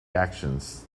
actions